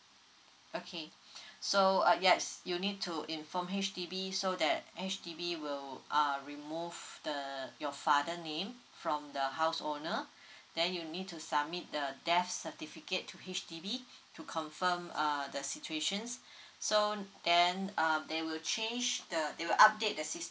okay so uh yes you need to inform H_D_B so that H_D_B we will um remove the your father name from the house owner then you need to submit the death certificate to H_D_B to confirm err the situation so then um they will change the they will update system